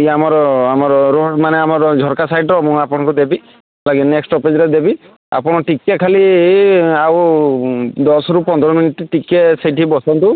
ଇଏ ଆମର ଆମର ରୋଡ଼୍ମାନେ ଆମର ଝରକା ସାଇଟ୍ର ମୁଁ ଆପଣଙ୍କୁ ଦେବି ନେକ୍ଷ୍ଟ୍ ଷ୍ଟପେଜ୍ରେ ଦେବି ଆପଣ ଟିକେ ଖାଲି ଆଉ ଦଶରୁ ପନ୍ଦର ମିନିଟ୍ ଟିକେ ସେଠି ବସନ୍ତୁ